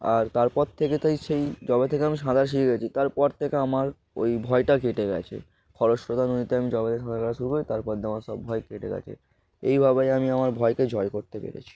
আর তারপর থেকে তাই সেই যবে থেকে আমি সাঁতার শিখে গিয়েছি তারপর থেকে আমার ওই ভয়টা কেটে গিয়েছে খরস্রোতা নদীতে আমি যবে থেকে সাঁতার কাটা শুর করেছি তারপর দিয়ে আমার সব ভয় কেটে গিয়েছে এভাবেই আমি আমার ভয়কে জয় করতে পেরেছি